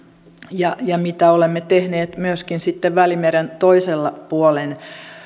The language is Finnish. ja ja mitä olemme tehneet myöskin sitten välimeren toisella puolen